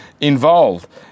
involved